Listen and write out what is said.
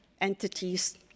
entities